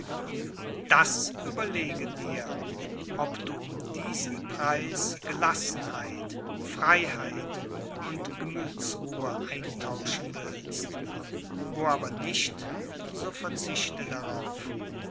das überlege dir ob du um diesen preis gelassenheit freiheit und gemüthsruhe eintauschen willst wo aber nicht so verzichte darauf